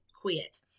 quit